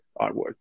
artwork